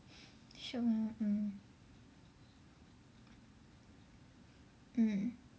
shiok lah mm mm